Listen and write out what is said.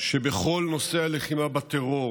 שבכל נושא הלחימה בטרור